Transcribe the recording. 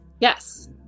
Yes